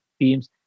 teams